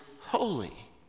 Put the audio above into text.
holy